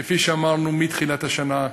כפי שאמרנו מתחילת השנה,